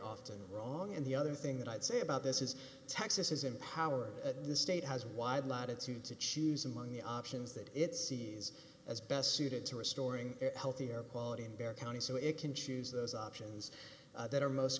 often wrong and the other thing that i'd say about this is texas is in power at this state has wide latitude to choose among the options that it sees as best suited to restoring a healthier quality and bear county so it can choose those options that are most